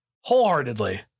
Wholeheartedly